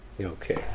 Okay